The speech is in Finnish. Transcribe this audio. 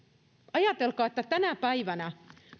ajatelkaa että tänä päivänä